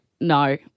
No